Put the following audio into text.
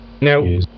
now